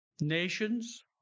Nations